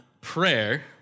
prayer